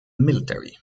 military